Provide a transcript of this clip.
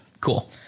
cool